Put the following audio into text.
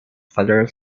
federal